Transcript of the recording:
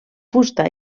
fusta